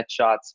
headshots